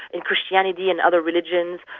in christianity and other religions,